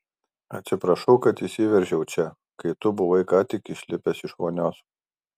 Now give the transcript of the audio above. atsiprašau kad įsiveržiau čia kai tu buvai ką tik išlipęs iš vonios